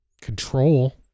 Control